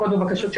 יש